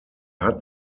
hat